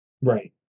Right